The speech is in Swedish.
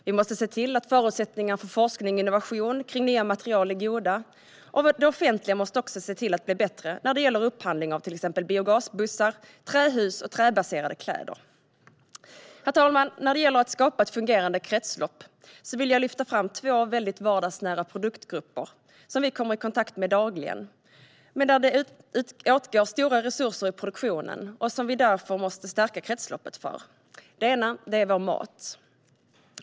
Vi måste se till att förutsättningarna för forskning och innovation gällande nya material är goda, och det offentliga måste också bli bättre när det gäller upphandling av till exempel biogasbussar, trähus och träbaserade kläder. Herr talman! När det gäller att skapa ett fungerande kretslopp vill jag lyfta fram två vardagsnära produktgrupper som vi kommer i kontakt med dagligen men där det åtgår stora resurser i produktionen och som vi därför måste stärka kretsloppet för. Den första gruppen är vår mat.